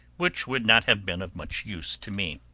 which would not have been of much use to me.